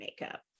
makeup